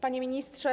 Panie Ministrze!